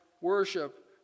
worship